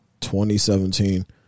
2017